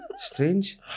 Strange